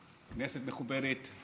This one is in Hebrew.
כנסת מכובדת,